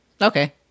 Okay